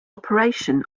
operation